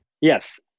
Yes